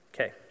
Okay